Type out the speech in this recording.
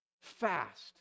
fast